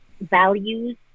values